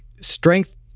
strength